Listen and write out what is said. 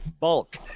bulk